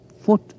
foot